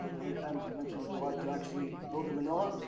how many times we mentioned too hard to actually build the menorah?